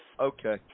Okay